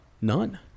none